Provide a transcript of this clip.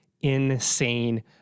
insane